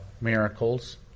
miracles